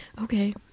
okay